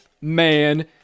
man